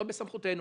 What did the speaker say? ולא בסמכותנו,